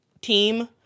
team